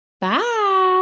Bye